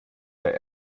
der